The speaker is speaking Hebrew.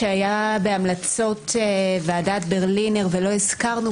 שהיה בהמלצות ועדת ברלינר ולא הזכרנו,